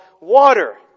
water